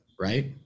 right